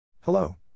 Hello